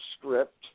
script